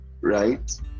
right